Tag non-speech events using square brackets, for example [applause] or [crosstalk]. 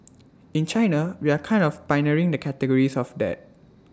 [noise] in China we are kind of pioneering the categories of that